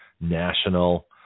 National